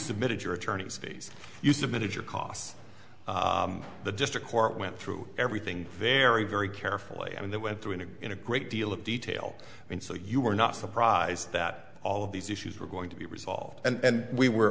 submitted your attorney's fees you submitted your costs the district court went through everything very very carefully and then went through in again a great deal of detail and so you were not surprised that all of these issues were going to be resolved and we were